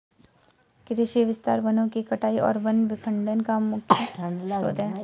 कृषि विस्तार वनों की कटाई और वन विखंडन का मुख्य हिस्सा है